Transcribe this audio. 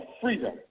freedom